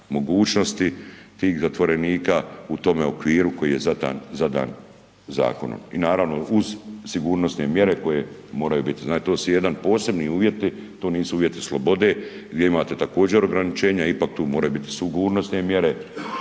mogućnosti tih zatvorenika u tome okviru koji je zadan zakonom i naravno uz sigurnosne mjere koje moraju biti. To su jedni posebni uvjeti, to nisu uvjeti slobode gdje imate također ograničenja, ipak tu moraju biti sigurnosne mjere.